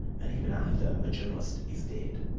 and even after a journalist is dead.